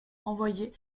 envoyés